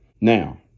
Now